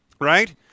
right